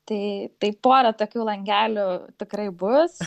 tai tai porą tokių langelių tikrai bus